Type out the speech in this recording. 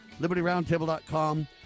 LibertyRoundTable.com